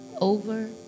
Over